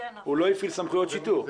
הוא לא הפעיל סמכויות שיטור.